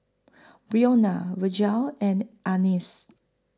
Brionna Virgel and Annice